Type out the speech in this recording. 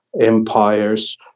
empires